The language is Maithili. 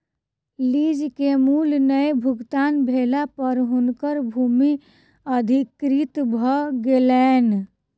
लीज के मूल्य नै भुगतान भेला पर हुनकर भूमि अधिकृत भ गेलैन